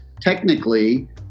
technically